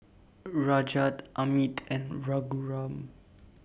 Rajat Amit and Raghuram